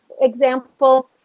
example